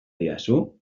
didazu